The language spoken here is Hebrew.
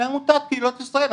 לעמותת קהילות ישראל.